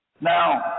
Now